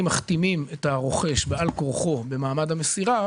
מחתימים את הרוכש בעל כורחו במעמד המסירה